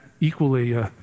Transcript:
equally